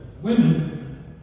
Women